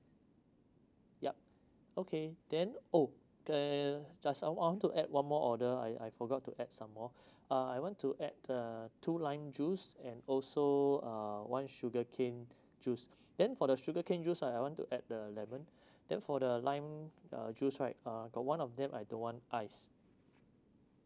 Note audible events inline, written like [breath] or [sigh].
yup okay then oh can I just want to add one more order ah I I forgot to add some more [breath] uh I want to add uh two lime juice and also uh one sugar cane [breath] juice then for the sugar cane juice ah I want to add the lemon [breath] then for the lime uh juice right uh got one of them I don't want ice